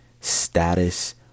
status